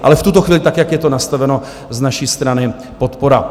Ale v tuto chvíli tak, jak je to nastaveno, z naší strany podpora.